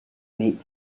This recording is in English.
meet